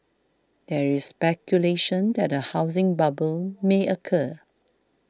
there is speculation that a housing bubble may occur